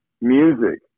music